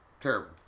terrible